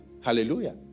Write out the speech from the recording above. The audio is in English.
Hallelujah